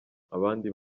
abandi